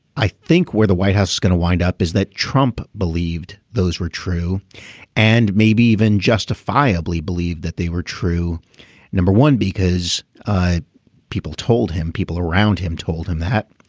i think where the white house is going to wind up is that trump believed those were true and maybe even justifiably believed that they were true number one because people told him people around him told him that.